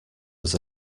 was